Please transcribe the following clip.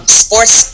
sports